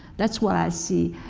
that's what i see.